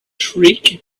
shriek